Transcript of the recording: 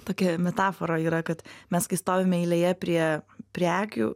tokia metafora yra kad mes kai stovime eilėje prie prekių